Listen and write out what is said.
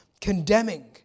condemning